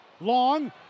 Long